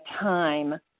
time